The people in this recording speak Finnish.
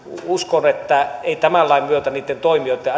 uskon että tämän lain myötä niitten toimijoitten